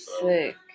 sick